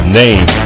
name